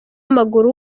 w’amaguru